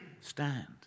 Stand